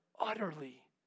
utterly